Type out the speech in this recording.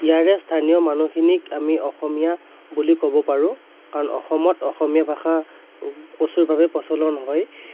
ইয়াৰে স্থানীয় মানুহখিনিক আমি অসমীয়া বুলি ক'ব পাৰোঁ কাৰণ অসমত অসমীয়া ভাষা প্ৰচুৰভাৱে প্ৰচলন হয়